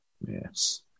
Yes